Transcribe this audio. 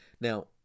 Now